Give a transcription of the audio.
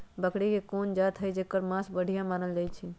बकरी के कोन जात हई जेकर मास बढ़िया मानल जाई छई?